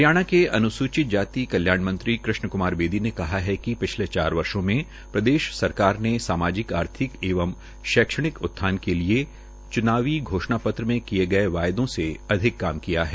हरियाणा के अन्सूचित जाति कल्याण मंत्री कृष्ण क्मार बेदी ने कहा है कि पिछले चार वर्षो में प्रदेश सरकार ने सामाजिक आर्थिक एवं शैक्षिणिक उत्थान के लिए च्नावी घोषणा पत्र में किए गये वायदों से अधिक काम किया है